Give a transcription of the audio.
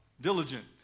Diligent